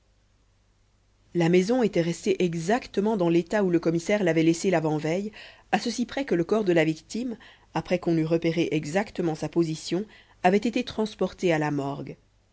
la maison était restée exactement dans l'état où le commissaire l'avait laissée l'avant-veille à ceci près que le corps de la victime après qu'on eût repéré exactement sa position avait été transporté à la morgue